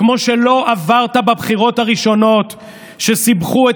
כמו שלא עברת בבחירות הראשונות שסיבכו את